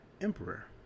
emperor